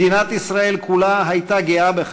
מדינת ישראל כולה הייתה גאה בך,